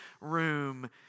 room